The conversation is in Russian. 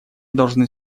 должны